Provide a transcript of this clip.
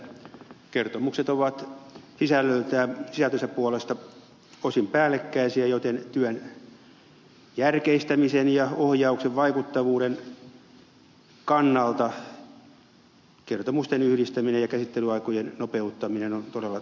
kertomukset ovat sisältönsä puolesta osin pääl lekkäisiä joten työn järkeistämisen ja ohjauksen vaikuttavuuden kannalta kertomusten yhdistäminen ja käsittelyaikojen nopeuttaminen ovat todella tarpeen